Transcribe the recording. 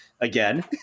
again